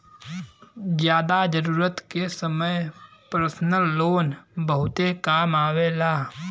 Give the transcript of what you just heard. जादा जरूरत के समय परसनल लोन बहुते काम आवेला